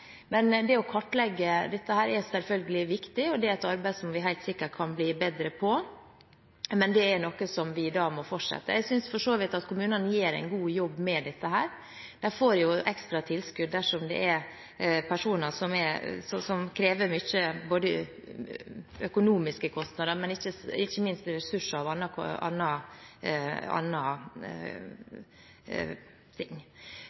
Det å kartlegge dette er selvfølgelig viktig, og det er et arbeid som vi helt sikkert kan bli bedre på. Men det er noe som vi da må fortsette med. Jeg synes for så vidt at kommunene gjør en god jobb med dette. De får jo ekstra tilskudd dersom det er personer som krever mye av både økonomiske kostnader og ikke minst andre ressurser. For det er ikke